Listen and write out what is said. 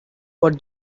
what